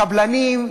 לקבלנים.